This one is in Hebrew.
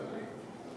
עכשיו אני.